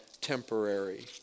temporary